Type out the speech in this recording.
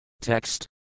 Text